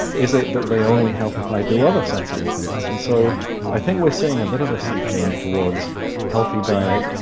is it that they only help if i do other sensible things? and so i think we're seeing a bit of a sea change towards healthy diet,